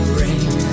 rain